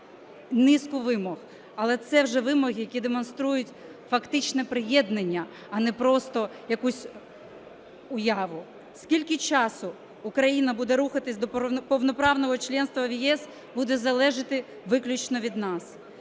низку вимог, але це вже вимоги, які демонструють фактичне приєднання, а не просто якусь уяву. Скільки часу Україна буде рухатись до повноправного членства в ЄС, буде залежати виключно від нас.